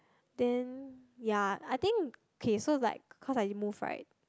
then ya I think okay so like cause I didn't move right